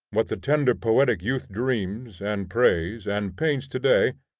what the tender poetic youth dreams, and prays, and paints to-day,